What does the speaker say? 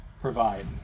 provide